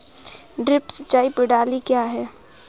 Drip सिंचाई प्रणाली क्या है?